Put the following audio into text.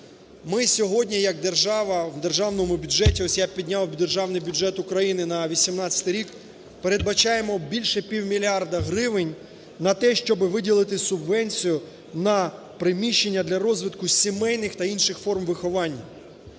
Ми сьогодні як держава в державному бюджеті - ось я підняв Державний бюджет України на 18-й рік, - передбачаємо більше півмільярда гривень на те, щоби виділити субвенцію на приміщення для розвитку сімейних та інших форм виховання.